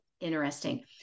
interesting